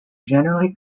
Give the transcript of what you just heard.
generally